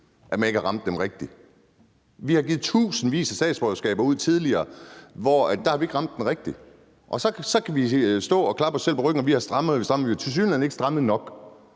at man ikke har ramt den rigtigt. Vi har givet tusindvis af statsborgerskaber ud tidligere, hvor vi ikke har ramt den rigtigt. Og så kan vi stå og klappe os selv på ryggen og sige, at vi har strammet og strammet, men vi har tilsyneladende ikke strammet nok.